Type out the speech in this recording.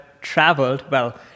traveled—well